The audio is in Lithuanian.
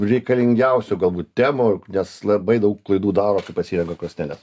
reikalingiausių galbūt temų nes labai daug klaidų daro kai pasirenka klosteles